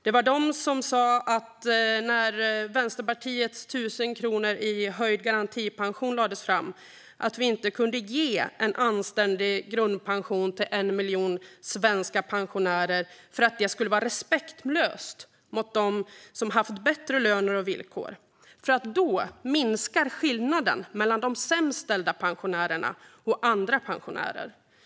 Det var vad de som menade om Vänsterpartiets förslag om 1 000 kronor i höjd garantipension att vi inte kunde ge en anständig grundpension till en miljon svenska pensionärer för att det skulle vara respektlöst mot dem som har haft bättre löner och villkor eftersom skillnaden mellan de sämst ställda pensionärerna och andra pensionärer då skulle minska.